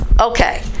Okay